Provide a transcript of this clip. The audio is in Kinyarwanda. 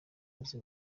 azi